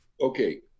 Okay